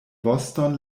voston